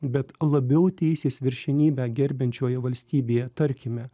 bet labiau teisės viršenybę gerbiančioje valstybėje tarkime